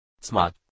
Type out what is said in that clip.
Smart